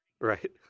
Right